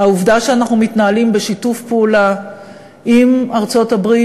העובדה שאנחנו מתנהלים בשיתוף פעולה עם ארצות-הברית,